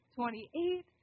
twenty-eight